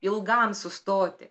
ilgam sustoti